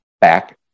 back